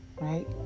Right